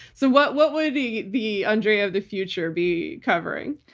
so what what would the the andrea of the future be covering?